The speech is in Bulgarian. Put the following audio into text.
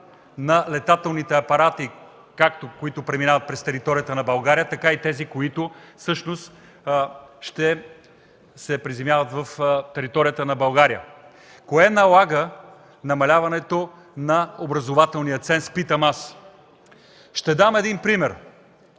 на летателните апарати – както които преминават през територията на България, така и тези, които всъщност ще се приземяват на нейна територия? Кое налага намаляването на образователния ценз, питам аз? Ще дам един пример.